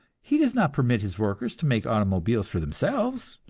he does not permit his workers to make automobiles for themselves,